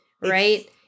right